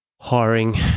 hiring